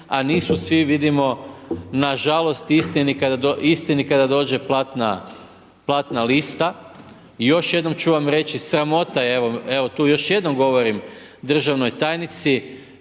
a nisu svi, vidimo, nažalost, istini kada dođe platna lista. I još jednom ću vam reći, sramota, evo, tu još jednom govorim državnoj tajnici,